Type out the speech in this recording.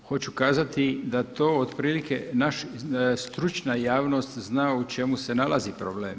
Hoću kazati da to otprilike stručna javnost zna u čemu se nalazi problem.